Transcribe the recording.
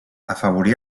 afavorí